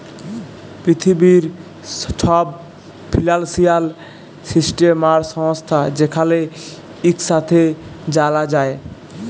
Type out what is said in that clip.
পিথিবীর ছব financial system আর সংস্থা যেখালে ইকসাথে জালা যায়